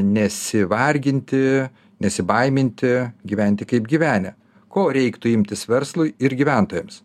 nesivarginti nesibaiminti gyventi kaip gyvenę ko reiktų imtis verslui ir gyventojams